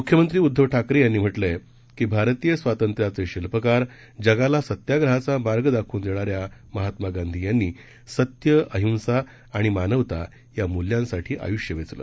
मुख्यमंत्री उदधव ठाकरे यांनी म्हटलंय की भारतीय स्वातंत्र्याचे शिल्पकार जगाला सत्याग्रहाचा मार्ग दाखव्न देणाऱ्या महात्मा गांधी यांनी सत्य अहिंसा आणि मानवता या मूल्यांसाठी आय्ष्य वेचलं